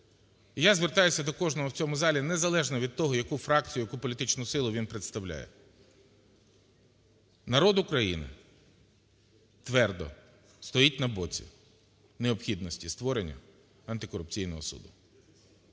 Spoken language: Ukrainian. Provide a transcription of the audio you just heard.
Я звертаюся до кожного в цьому залі, незалежно від того, яку фракцію, яку політичну силу він представляє. Народ України твердо стоїть на боці необхідності створення антикорупційного суду.